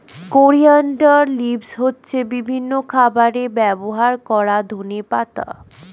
coriander leaves হচ্ছে বিভিন্ন খাবারে ব্যবহার করা ধনেপাতা